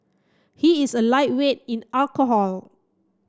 he is a lightweight in alcohol